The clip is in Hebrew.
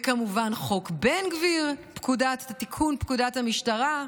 וכמובן חוק בן גביר, תיקון פקודת המשטרה,